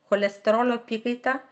cholesterolio apykaita